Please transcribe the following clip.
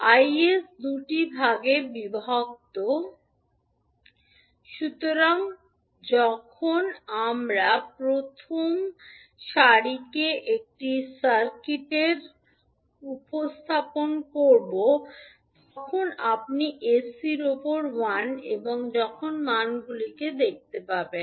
𝐼 𝑠 দুটি ভাগে বিভক্ত সুতরাং যখন আমরা প্রথম সারিকে এটি সার্কিটের উপস্থাপন করব তখন আপনি sc উপর 1 এবং যখন মানগুলি দেখতে পাবেন